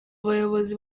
bayobozi